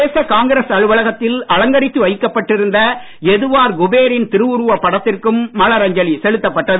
பிரதேச காங்கிரஸ் அலுவலகத்தில் அலங்கரித்து வைக்கப்பட்டிருந்த எதுவார் குபேரின் திருவுருவப் படத்திற்கும் மலரஞ்சலி செலுத்தப்பட்டது